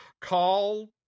call